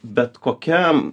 bet kokiam